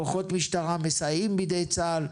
כוחות משטרה מסייעים בידי צה"ל,